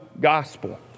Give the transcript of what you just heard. gospel